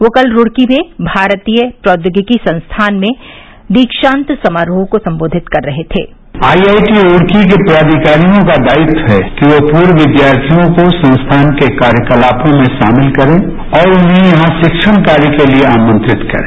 वह कल रूड़की में भारतीय प्रौद्योगिकी संस्थान में दीक्षांत समारोह को संबोधित कर रहे थे आई आई टी रूड़की के प्राधिकारियों का दायित्व है कि ये पूर्व विद्यार्थियों को संस्थान के कार्यकलायों में शामिल करें और उन्हें यहां से रिक्षण कार्य के लिए आमंत्रित करें